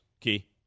Key